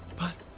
but